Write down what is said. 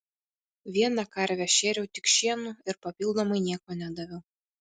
vieną karvę šėriau tik šienu ir papildomai nieko nedaviau